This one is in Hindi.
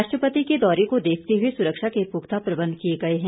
राष्ट्रपति के दौरे को देखते हुए सुरक्षा के पुख्ता प्रबंध किए गए हैं